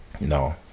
No